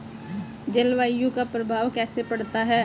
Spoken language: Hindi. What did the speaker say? जलवायु का प्रभाव कैसे पड़ता है?